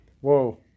Whoa